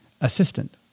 assistant